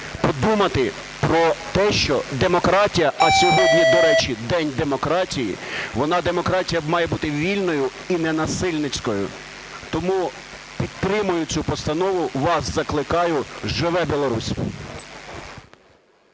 подумати про те, що демократія, а сьогодні, до речі, День демократії, вона, демократія, має бути вільною і ненасильницькою. Тому підтримую цю постанову, вас закликаю. Живе Білорусь!